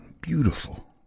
beautiful